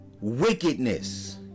wickedness